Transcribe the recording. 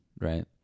right